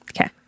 Okay